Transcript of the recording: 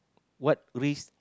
what risk